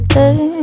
day